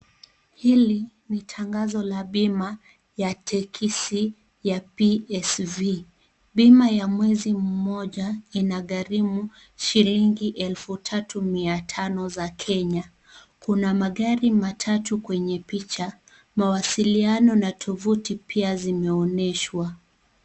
Hili ni tangazo la bima ya teksi ya PSV . Bima ya mwezi mmoja inagharimu shilingi elfu tatu, mia tano za Kenya. Kuna magari matatu kwenye picha. Mawasiliano na tovuti pia zimeonyeshwa.